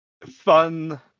Fun